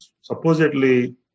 supposedly